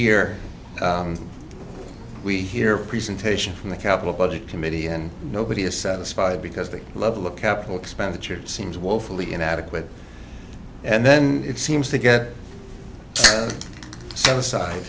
year we hear a presentation from the capital budget committee and nobody is satisfied because the level of capital expenditure seems woefully inadequate and then it seems to get